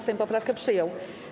Sejm poprawkę przyjął.